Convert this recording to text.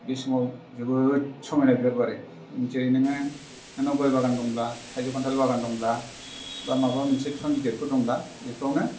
बे समाव जोबोर समायना बिबार बारो जेरै नोङो गय बागान दंब्ला थाइजौ खान्थाल बागान दंब्ला बा माबा मोनसे बिफां गिदिरफोर दंब्ला बेफ्रावनो